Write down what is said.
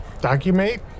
document